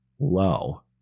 low